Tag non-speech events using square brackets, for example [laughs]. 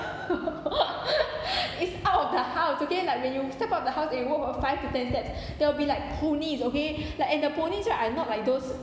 [laughs] it's out of the house okay like when you step out of the house and you walk for five to ten steps there will be like ponies okay like and the ponies right are not like those